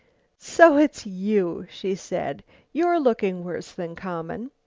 so it's you, she said you're looking worse than common.